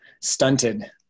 stunted